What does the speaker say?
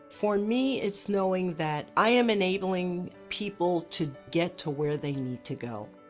for me, it's knowing that i am enabling people to get to where they need to go.